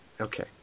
Okay